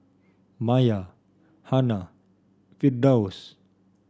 Maya Hana Firdaus